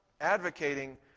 advocating